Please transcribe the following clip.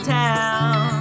town